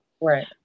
Right